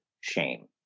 shame